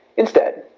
instead,